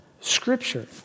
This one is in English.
Scripture